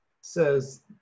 says